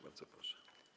Bardzo proszę.